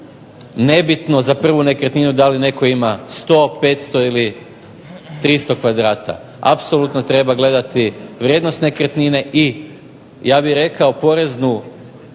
nebitno za prvu nekretninu da li netko ima 100, 500 ili 300 kvadrata, apsolutno treba gledati vrijednost nekretnine i ja bih rekao poreznu